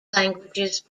languages